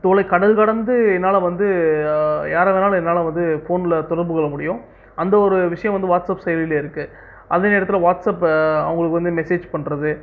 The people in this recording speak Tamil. தொலை கடல் கடந்து என்னால வந்து யார வேணாலும் என்னால வந்து ஃபோன்ல தொடர்பு கொள்ள முடியும் அந்த ஒரு விஷயம் வந்து வாட்ஸ்அப் செயலில இருக்கு அதே நேரத்துல வாட்ஸ்அப் அவுங்களுக்கு வந்து மெஸேஜ் பண்றது